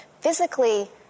physically